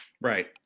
right